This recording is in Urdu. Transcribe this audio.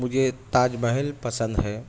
مجھے تاج محل پسند ہے